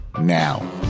now